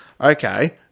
Okay